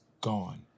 gone